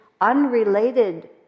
unrelated